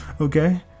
okay